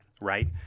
right